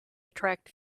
attract